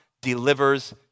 delivers